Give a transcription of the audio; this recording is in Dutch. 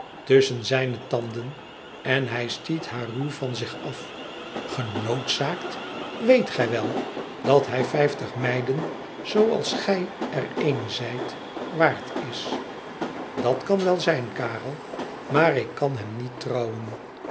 tusschen zijne tanden en hij stiet haar ruw van zich af genoodzaakt weet gij wel dat hij vijftig meiden zooals gij er een zijt waard is dat kan wel zijn karel maar ik kan hem niet trouwen